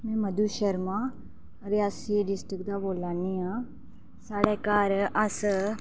में मधु शर्मा रियासी डिस्ट्रिक्ट दा बोल्ला नी आं साढ़े घर अस